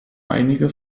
einige